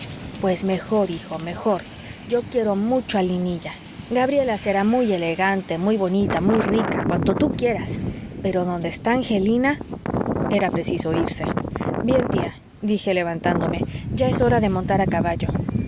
pues mejor hijo mejor yo quiero mucho a linilla gabriela será muy elegante muy bonita muy rica cuánto tú quieras pero donde está angelina era preciso irse bien tía dije levantándome ya es hora de montar a caballo